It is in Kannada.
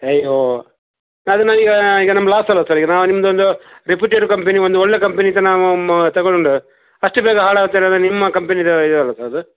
ಅಯ್ಯೋ ಅದು ನನಗೆ ಈಗ ನಮ್ಗೆ ಲಾಸ್ ಅಲ್ಲವಾ ಸರ್ ನಾವು ನಿಮ್ಮದೊಂದು ರೆಪ್ಯುಟೆಡ್ ಕಂಪೆನಿ ಒಂದು ಒಳ್ಳೆಯ ಕಂಪೆನಿ ಅಂತ ನಾವು ತೊಗೊಂಡದ್ದು ಅಷ್ಟು ಬೇಗ ಹಾಳಾಗ್ತದೆ ಅಂದರೆ ನಿಮ್ಮ ಕಂಪೆನಿದು ಇದಲ್ಲವಾ ಸರ್ ಅದು